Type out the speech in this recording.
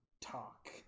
talk